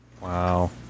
wow